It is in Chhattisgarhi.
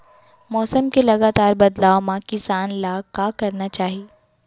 मौसम के लगातार बदलाव मा किसान ला का करना चाही?